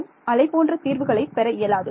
நான் அலை போன்ற தீர்வுகளை பெற இயலாது